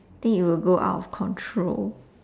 think it will go out of control